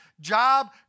job